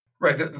Right